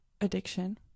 addiction